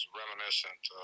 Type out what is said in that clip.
reminiscent